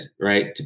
right